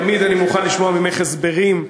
תמיד אני מוכן לשמוע ממך הסברים,